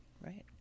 right